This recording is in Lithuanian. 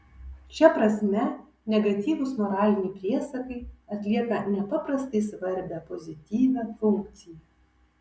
šia prasme negatyvūs moraliniai priesakai atlieka nepaprastai svarbią pozityvią funkciją